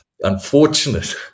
unfortunate